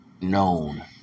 known